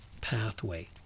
pathway